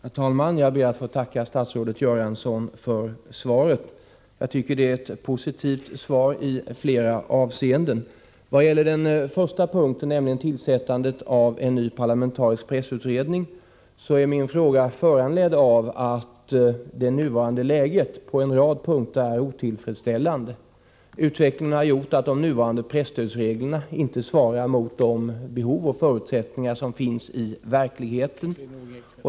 Herr talman! Jag ber att få tacka statsrådet Göransson för svaret. Jag tycker att det är ett positivt svar i flera avseenden. Den första punkten i min fråga, nämligen den om tillsättandet av en ny parlamentarisk pressutredning, är föranledd av att det nuvarande läget i många avseenden är otillfredsställande. Utvecklingen har gjort att de nuvarande presstödsreglerna inte svarar mot de behov och förutsättningar som finns i verkligheten.